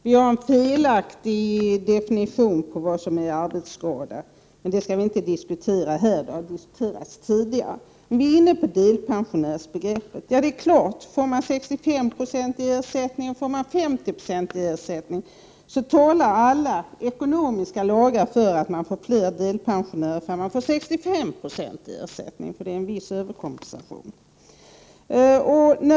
Vi har en felaktig definition på vad som är arbetsskada, men det skall vi inte diskutera här; det har debatterats tidigare. Vi är inne på delpensionsbegreppet. Det är klart att alla ekonomiska lagar talar för att man får fler delpensionärer om de får 65 96 ersättning än om de får 50 20, för det är en viss överkompensation.